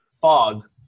fog